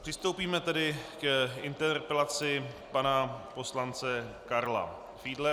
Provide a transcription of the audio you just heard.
Přistoupíme tedy k interpelaci pana poslance Karla Fiedlera.